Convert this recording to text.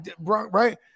right